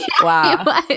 Wow